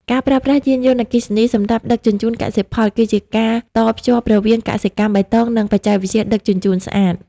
ការប្រើប្រាស់ "យានយន្តអគ្គិសនីសម្រាប់ដឹកជញ្ជូនកសិផល" គឺជាការតភ្ជាប់រវាងកសិកម្មបៃតង និងបច្ចេកវិទ្យាដឹកជញ្ជូនស្អាត។